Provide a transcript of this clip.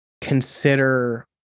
consider